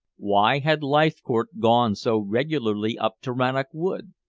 why had leithcourt gone so regularly up to rannoch wood?